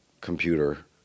computer